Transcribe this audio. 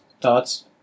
thoughts